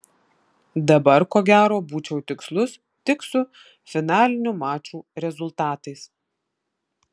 dabar ko gero būčiau tikslus tik su finalinių mačų rezultatais